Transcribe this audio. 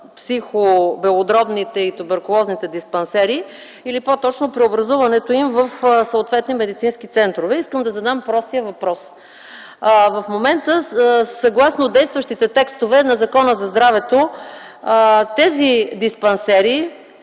психо-, белодробните и туберкулозните диспансери или по-точно преобразуването им в съответни медицински центрове. Искам да задам простия въпрос. В момента, съгласно действащите текстове на Закона за здравето, тези диспансери